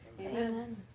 Amen